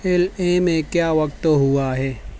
L A میں کیا وقت ہوا ہے